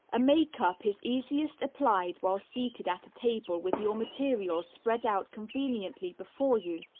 a makeup is easiest applied while seated at a table with your materials spread out conveniently before you.